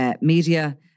Media